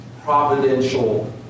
providential